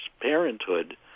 parenthood